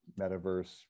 metaverse